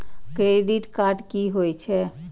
Credit card की होय छै?